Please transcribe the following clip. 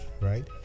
right